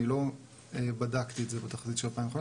אני לא בדקתי את זה בתחזית של 2015,